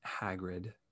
Hagrid